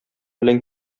белән